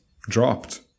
dropped